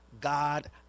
God